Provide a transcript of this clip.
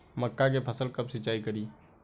मका के फ़सल कब सिंचाई करी?